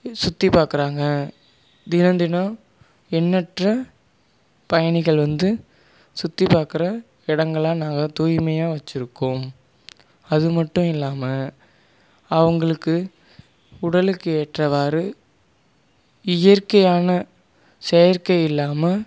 சுற்றி பாக்கிறாங்க தினம் தினம் எண்ணற்ற பயணிகள் வந்து சுற்றி பாக்கிற இடங்களை நாங்கள் தூய்மையாக வைச்சிருக்கோம் அது மட்டும் இல்லாமல் அவங்களுக்கு உடலுக்கு ஏற்றவாறு இயற்கையான செயற்கை இல்லாமல்